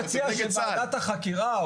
אני מציע שוועדת החקירה,